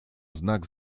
znak